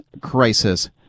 crisis